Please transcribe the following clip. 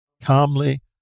calmly